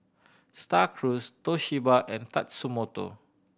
Star Cruise Toshiba and Tatsumoto